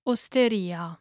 Osteria